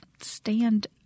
stand